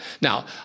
Now